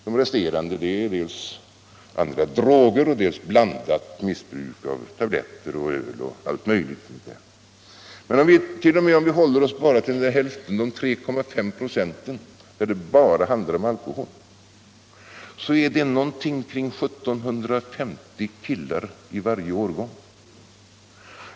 De resterande är hemfallna åt dels andra droger, dels blandat missbruk av tabletter, öl och allt möjligt. Men t.o.m. om vi bara håller oss till hälften — de 3,5 96 där det bara handlar om alkohol — innebär det ungefär 1750 killar i varje årgång.